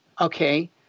okay